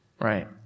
right